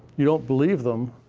you don't believe them.